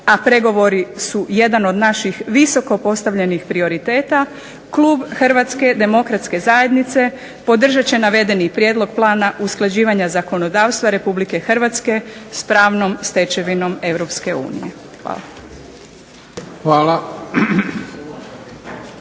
a pregovori su jedan od naših visoko postavljenih prioriteta, klub Hrvatske demokratske zajednice podržat će navedeni prijedlog plana usklađivanja zakonodavstva Republike Hrvatske s pravnom stečevinom Europske